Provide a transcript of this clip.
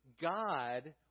God